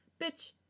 bitch